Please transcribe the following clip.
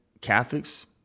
Catholics